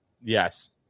Yes